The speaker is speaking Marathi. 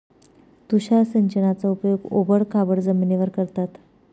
तुषार सिंचनाचा उपयोग ओबड खाबड जमिनीवर करतात